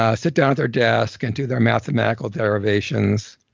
ah sit down at their desk and do their mathematical derivations.